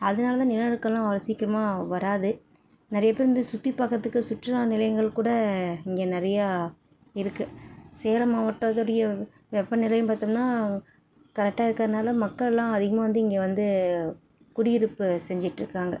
அதனாலதான் நிலநடுக்கமெலாம் அவ்வளோ சீக்கிரமாக வராது நிறையா பேர் வந்து சுற்றி பார்க்குறதுக்கு சுற்றுலா நிலையங்கள் கூட இங்கே நிறையா இருக்குது சேலம் மாவட்டத்துடைய வெப்பநிலை பார்த்தோம்ன்னா கரெக்டாக இருக்கிறனால மக்களெலாம் அதிகமாக வந்து இங்கே வந்து குடியிருப்பு செஞ்சுட்ருக்காங்க